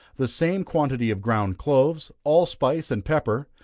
the same quantity of ground cloves, allspice, and pepper,